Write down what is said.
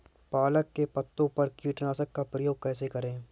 पालक के पत्तों पर कीटनाशक का प्रयोग कैसे करें?